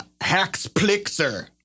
Hacksplixer